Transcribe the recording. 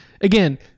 again